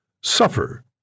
suffer